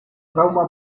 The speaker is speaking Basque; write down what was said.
trauma